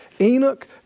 Enoch